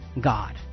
God